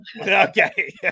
Okay